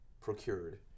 procured